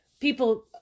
people